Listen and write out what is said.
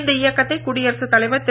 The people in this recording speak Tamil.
இந்த இயக்கத்தை குடியரசுத் தலைவர் திரு